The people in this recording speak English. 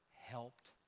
helped